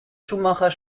schumacher